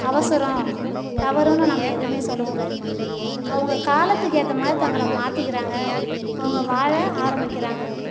அவசரம் தவறுன்னு நம்ம எதையும் சொல்லக் கூடாது அவங்க காலத்துக்கு ஏற்ற மாதிரி தங்களை மாற்றிக்கிறாங்க அவங்க வாழ ஆரம்பிக்கிறாங்க